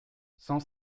sans